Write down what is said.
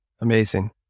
Amazing